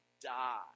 die